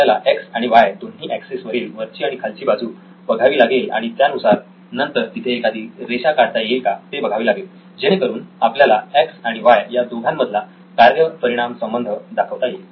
आपल्याला एक्स आणि वाय दोन्ही एक्सिस वरील वरची आणि खालची बाजू बघावी लागेल आणि त्यानुसार नंतर तिथे एखादी रेषा काढता येईल का ते बघावे लागेल जेणेकरून आपल्याला एक्स आणि वाय या दोघांमधला कार्य परिणाम संबंध दाखवता येईल